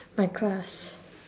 my class